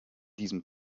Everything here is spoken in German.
diesem